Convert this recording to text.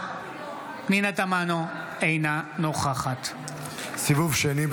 אינה נוכחת סיבוב שני,